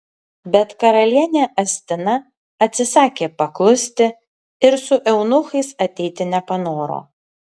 bet karalienė astina atsisakė paklusti ir su eunuchais ateiti nepanoro